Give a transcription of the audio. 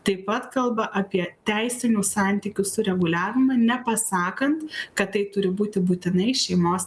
taip pat kalba apie teisinių santykių sureguliavimą nepasakant kad tai turi būti būtinai šeimos